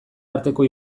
arteko